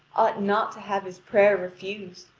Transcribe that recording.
ought not to have his prayer refused,